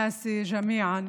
להלן תרגומם: אנשיי וחבריי כולם,